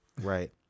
right